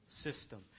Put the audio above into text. system